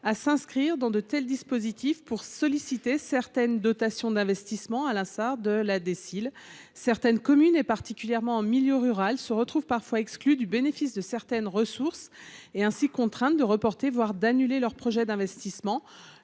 à s'inscrire dans de tels dispositifs pour solliciter certaines dotations d'investissement à l'instar de la déciles certaines communes et particulièrement en milieu rural se retrouvent parfois exclus du bénéfice de certaines ressources et ainsi contrainte de reporter, voire d'annuler leurs projets d'investissement,